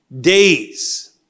days